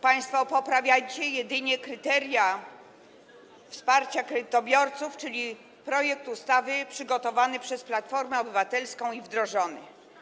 Państwo poprawiacie jedynie kryteria wsparcia kredytobiorców, czyli projekt ustawy przygotowany przez Platformę Obywatelską i wdrożony.